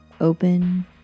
Open